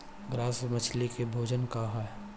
Grass मछली के भोजन का ह?